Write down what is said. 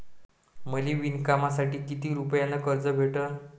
मले विणकामासाठी किती रुपयानं कर्ज भेटन?